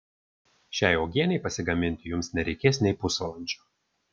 šiai uogienei pasigaminti jums nereikės nei pusvalandžio